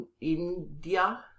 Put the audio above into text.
India